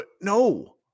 no